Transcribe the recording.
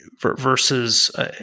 versus